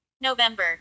November